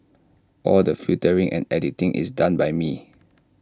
all the filtering and editing is done by me